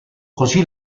così